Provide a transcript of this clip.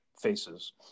faces